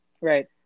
Right